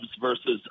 versus